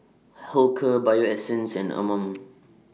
Hilker Bio Essence and Anmum